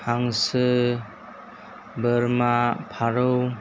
हांसो बोरमा फारौ